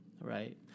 Right